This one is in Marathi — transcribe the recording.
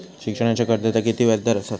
शिक्षणाच्या कर्जाचा किती व्याजदर असात?